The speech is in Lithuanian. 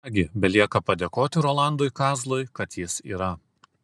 ką gi belieka padėkoti rolandui kazlui kad jis yra